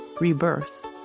rebirth